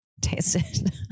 tasted